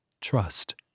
trust